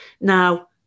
now